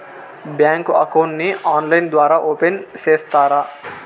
Bank account ని online ద్వారా open సేస్తారా?